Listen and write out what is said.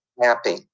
happy